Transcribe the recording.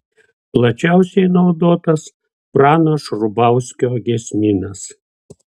plačiausiai naudotas prano šrubauskio giesmynas